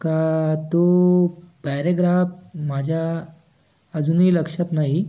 का तो पॅरेग्राफ माझ्या अजूनही लक्षात नाही